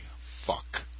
fuck